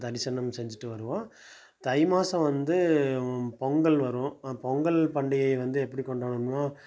தரிசனம் செஞ்சுட்டு வருவோம் தை மாதம் வந்து பொங்கல் வரும் பொங்கல் பண்டிகை வந்து எப்படி கொண்டாடுவோம்னால்